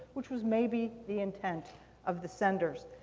which was maybe the intent of the senders.